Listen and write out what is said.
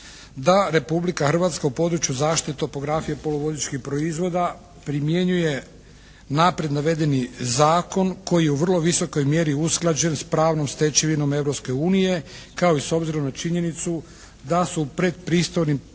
da Republika Hrvatska u području zaštite topografije poluvodičkih proizvoda primjenjuje naprijed navedeni zakon koji je u vrlo visokoj mjeri usklađen sa pravnom stečevinom Europske unije kao i s obzirom na činjenicu da su predpristupnim